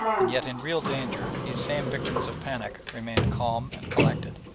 and yet in real danger these same victims of panic remained calm and collected.